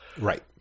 Right